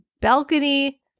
balcony